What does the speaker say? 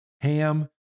ham